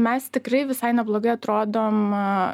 mes tikrai visai neblogai atrodom